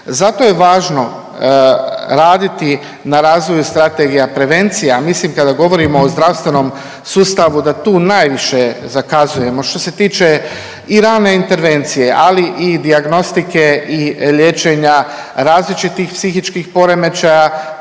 Zato je važno raditi na razvoju strategija prevencija. Mislim kada govorimo o zdravstveno sustavu da tu najviše zakazujemo što se tiče i rane intervencije, ali i dijagnostike i liječenja različitih psihičkih poremećaja.